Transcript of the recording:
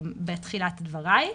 בתחילת דבריי,